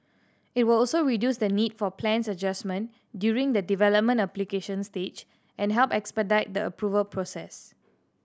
it will also reduce the need for plans adjustment during the development application stage and help expedite the approval process